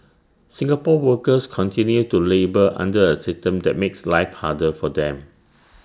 Singapore's workers continue to labour under A system that makes life harder for them